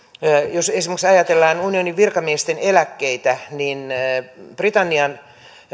jos esimerkiksi ajatellaan unionin virkamiesten eläkkeitä niin britannian